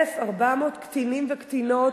1,400 קטינים וקטינות